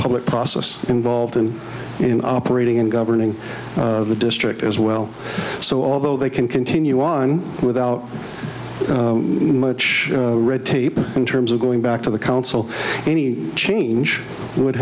public process involved in operating in governing the district as well so although they can continue on without much red tape in terms of going back to the council any change would